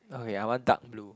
okay I want dark blue